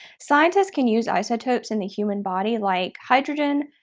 scientists can use isotopes in the human body like hydrogen,